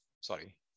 sorry